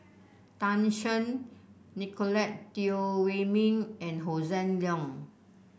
Tan Shen Nicolette Teo Wei Min and Hossan Leong